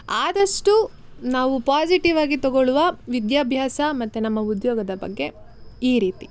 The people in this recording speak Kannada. ಆದಷ್ಟು ನಾವು ಪಾಝೀಟಿವ್ ಆಗಿ ತಗೊಳ್ಳುವ ವಿದ್ಯಾಭ್ಯಾಸ ಮತ್ತು ನಮ್ಮ ಉದ್ಯೋಗದ ಬಗ್ಗೆ ಈ ರೀತಿ